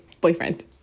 boyfriend